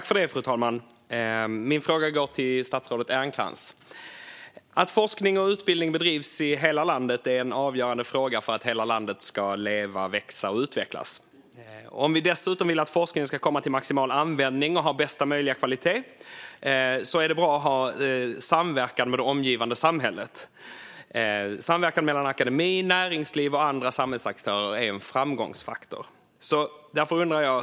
Fru talman! Min fråga går till statsrådet Ernkrans. Att forskning och utbildning bedrivs i hela landet är en avgörande fråga för att hela landet ska leva, växa och utvecklas. Om vi dessutom vill att forskningen ska komma till maximal användning och ha bästa möjliga kvalitet är det bra att ha samverkan med det omgivande samhället. Samverkan mellan akademi, näringsliv och andra samhällsaktörer är en framgångsfaktor.